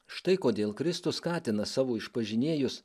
štai kodėl kristus skatina savo išpažinėjus